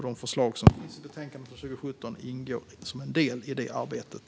De förslag som finns i betänkandet från 2017 ingår som en del i det arbetet.